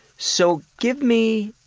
so give me